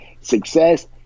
success